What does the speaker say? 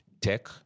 tech